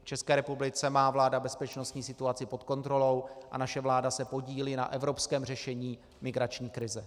V České republice má vláda bezpečnostní situaci pod kontrolou a naše vláda se podílí na evropském řešení migrační krize.